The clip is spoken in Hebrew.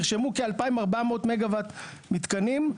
נרשמו כ-2,400 מגוואט מתקנים,